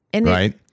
right